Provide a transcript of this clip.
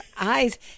eyes